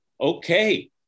Okay